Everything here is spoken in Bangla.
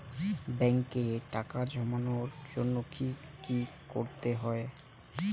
ব্যাংকে টাকা জমানোর জন্য কি কি করতে হয়?